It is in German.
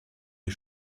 die